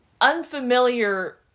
unfamiliar